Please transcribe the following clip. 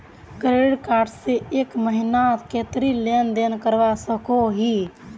Credit card से एक महीनात कतेरी लेन देन करवा सकोहो ही?